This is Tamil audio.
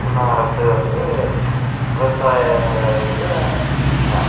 இன்ன அரசு வந்து விவசாய இதில் ந